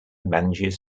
manages